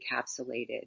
encapsulated